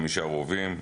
145 רובים,